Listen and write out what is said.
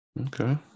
Okay